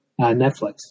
Netflix